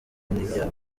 n’ibyago